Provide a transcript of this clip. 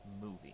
movie